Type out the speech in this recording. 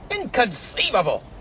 Inconceivable